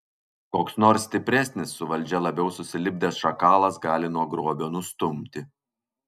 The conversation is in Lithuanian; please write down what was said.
koks nors stipresnis su valdžia labiau susilipdęs šakalas gali nuo grobio nustumti